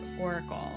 Oracle